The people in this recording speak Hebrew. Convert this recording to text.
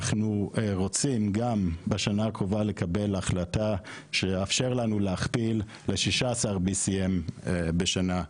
אנחנו רוצים גם בשנה הקרובה לקבל החלטה שתאפשר לנו להכפיל ל-BCM16 בשנה.